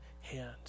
hand